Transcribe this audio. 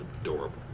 Adorable